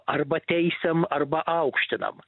arba teisiam arba aukštinam